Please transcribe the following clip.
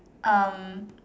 um